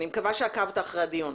אני מקווה שעקבת אחרי הדיון,